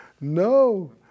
no